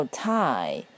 tie